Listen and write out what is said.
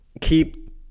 keep